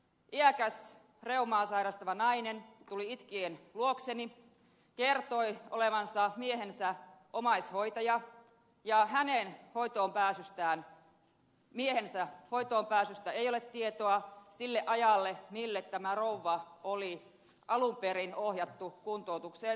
iäkäs reumaa sairastava nainen tuli itkien luokseni kertoi olevansa miehensä omaishoitaja ja miehen hoitoonpääsystä ei ole tietoa sille ajalle mille tämä rouva oli alun perin ohjattu kuntoutukseen heinolaan